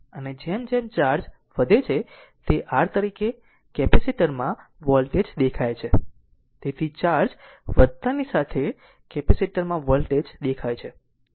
અને જેમ જેમ ચાર્જ વધે છે તે R તરીકે કેપેસિટર માં વોલ્ટેજ દેખાય છે તેથી ચાર્જ વધતાની સાથે કેપેસિટર માં વોલ્ટેજ દેખાય છે